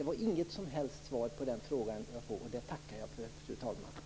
Jag fick inget som helst svar på den frågan, och det tackar jag för, fru talman.